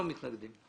מתנגדים.